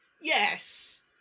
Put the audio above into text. yes